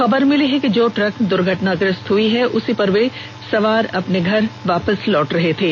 खबर मिली है कि जो ट्रक द्र्घटनाग्रस्त हई है उसी से वे सभी अपने घर वापस लौट रहे थे